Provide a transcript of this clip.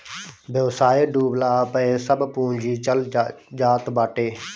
व्यवसाय डूबला पअ सब पूंजी चल जात बाटे